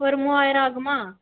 ஒரு மூவாயிரம் ஆகுமா